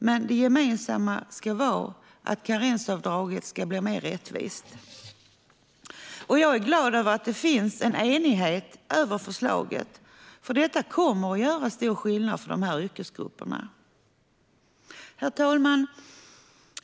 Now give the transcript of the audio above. Men det gemensamma ska vara att karensavdraget ska bli mer rättvist. Jag är glad över att det finns en enighet om förslaget. Det kommer nämligen att göra stor skillnad för de här yrkesgrupperna. Herr talman!